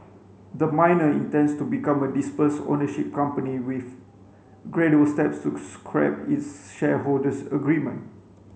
the miner intends to become a dispersed ownership company with gradual steps to scrap its shareholders agreement